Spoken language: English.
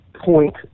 point